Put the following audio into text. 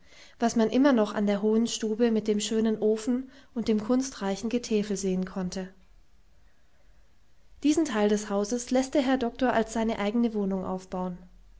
was man immer noch an der hohen stube mit dem schönen ofen und dem kunstreichen getäfel sehen konnte diesen teil des hauses läßt der herr doktor als seine eigene wohnung aufbauen